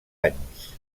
anys